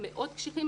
המאוד קשיחים,